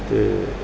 ਅਤੇ